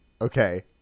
Okay